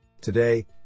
Today